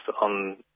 on